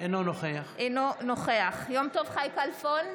אינו נוכח יום טוב חי כלפון,